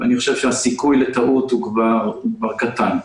אני חושב שהסיכוי לטעות הוא כבר קטן.